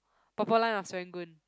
purple line of Serangoon